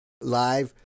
live